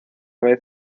vez